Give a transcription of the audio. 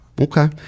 Okay